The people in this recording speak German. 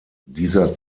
dieser